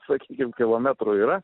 sakykim kilometrų yra